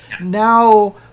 now